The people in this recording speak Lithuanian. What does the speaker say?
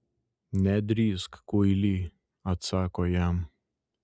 nedrįsk kuily atsako jam